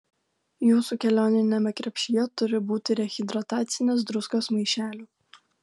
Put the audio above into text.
jūsų kelioniniame krepšyje turi būti rehidratacinės druskos maišelių